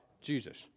Jesus